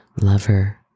lover